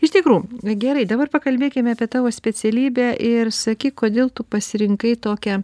iš tikrų na gerai dabar pakalbėkime apie tavo specialybę ir sakyk kodėl tu pasirinkai tokią